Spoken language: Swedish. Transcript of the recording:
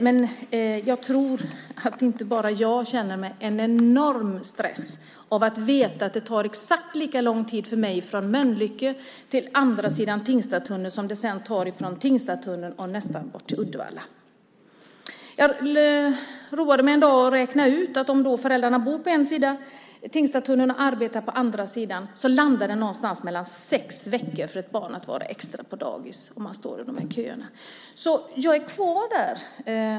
Men jag tror att inte bara jag känner en enorm stress av att veta att det tar exakt lika lång tid för mig från Mölnlycke till andra sidan Tingstadstunneln som det sedan tar från Tingstadstunneln nästan ända bort till Uddevalla. Jag roade mig en dag med att räkna ut att om föräldrarna bor på ena sidan Tingstadstunneln och arbetar på andra sidan landar det på ca 6 veckor extra för ett barn att vara på dagis på grund av att man får stå i dessa köer. Jag är kvar där.